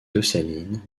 dessalines